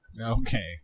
Okay